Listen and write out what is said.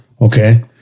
Okay